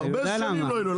אתה יודע למה.